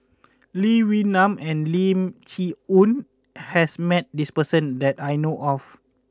Lee Wee Nam and Lim Chee Onn has met this person that I know of